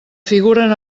figuren